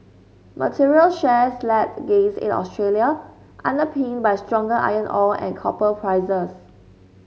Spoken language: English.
materials shares led gains in Australia underpinned by stronger iron ore and copper prices